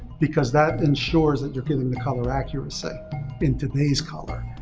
because that ensures that you're getting the color accuracy in today's color.